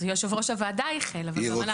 יושב-ראש הוועדה איחל, וגם אנחנו.